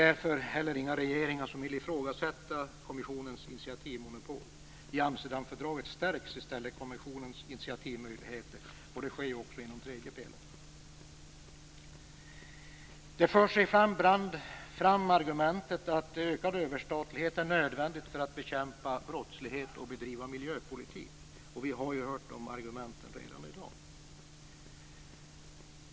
Därför är det heller inga regeringar som vill ifrågasätta kommissionens initiativmonopol. I Amsterdamfördraget stärks i stället kommissionens initiativmöjligheter, och det sker också inom tredje pelaren. Ibland förs argumentet fram att ökad överstatlighet är en nödvändighet för att bekämpa brottslighet och bedriva miljöpolitik. Vi har redan i dag hört de argumenten.